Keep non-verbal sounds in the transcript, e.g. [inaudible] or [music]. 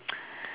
[noise]